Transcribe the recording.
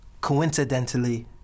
coincidentally